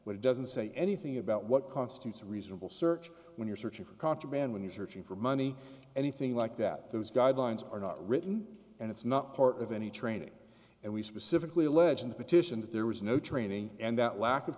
but it doesn't say anything about what constitutes reasonable search when you're searching for contraband when you're searching for money anything like that those guidelines are not written and it's not part of any training and we specifically allege in the petition that there was no training and that lack of